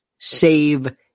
save